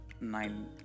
nine